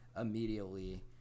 immediately